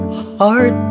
hard